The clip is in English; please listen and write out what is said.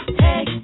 hey